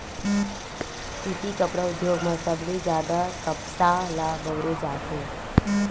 सुती कपड़ा उद्योग म सबले जादा कपसा ल बउरे जाथे